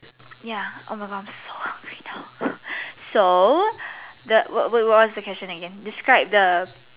ya oh my God I'm so hungry now so the wait what what what's the question again describe the